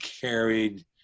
carried